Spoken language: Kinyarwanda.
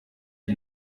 ari